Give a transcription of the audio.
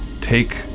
take